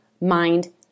mind